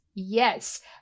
Yes